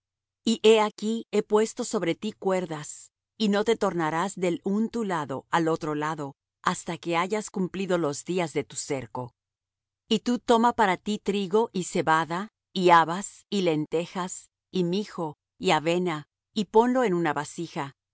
he aquí he puesto sobre ti cuerdas y no te tornarás del un tu lado al otro lado hasta que hayas cumplido los días de tu cerco y tú toma para ti trigo y cebada y habas y lentejas y mijo y avena y ponlo en una vasija